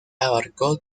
abarcó